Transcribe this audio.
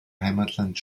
heimatland